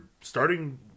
starting